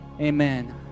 amen